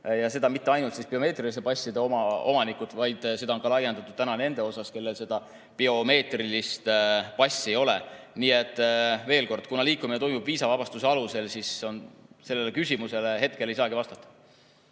ja mitte ainult biomeetriliste passide omanikud, vaid seda on laiendatud ka nendele, kellel biomeetrilist passi ei ole. Nii et kuna liikumine toimub viisavabastuse alusel, siis sellele küsimusele hetkel ei saagi vastata.